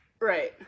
Right